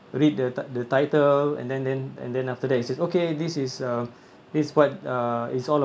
read the the title and then then and then after that it's just okay this is uh this is what uh it's all